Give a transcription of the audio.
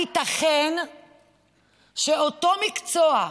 הייתכן שאותו מקצוע,